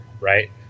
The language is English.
right